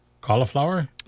Cauliflower